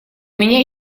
меня